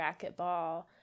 racquetball